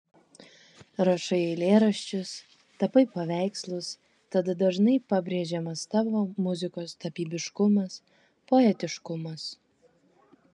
rašai eilėraščius tapai paveikslus tad dažnai pabrėžiamas tavo muzikos tapybiškumas poetiškumas